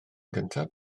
gyntaf